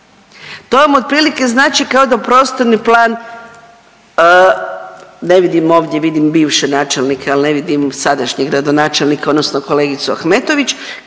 To vam otprilike znači kao da prostorni plan, ne vidim ovdje, vidim bivše načelnike, al ne vidim sadašnje gradonačelnike odnosno kolegicu Ahmetović,